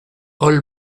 all